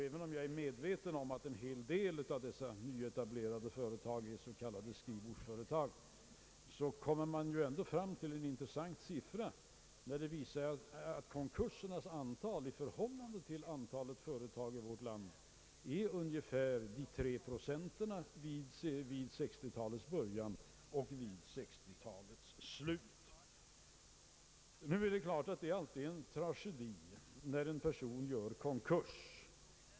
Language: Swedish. Även om jag är medveten om att en hel del av de nyetablerade företagen är s. k skrivbordsföretag, kommer man ändå fram till en intressant siffra som visar att konkursernas antal i förhållande till antalet företag i vårt land var ungefär tre procent vid 1960-talets början likaväl som vid 1960 talets slut. Det är naturligtvis alltid en tragedi när en person gör konkurs.